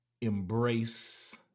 embrace